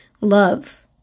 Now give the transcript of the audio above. love